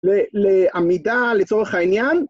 לעמידה, לצורך העניין.